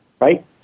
right